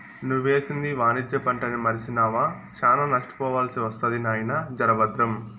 నువ్వేసింది వాణిజ్య పంటని మర్సినావా, శానా నష్టపోవాల్సి ఒస్తది నాయినా, జర బద్రం